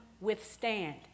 withstand